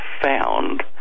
found